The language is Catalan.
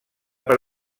per